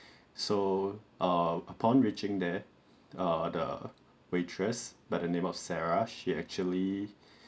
so err upon reaching there err the waitress by the name of sarah she actually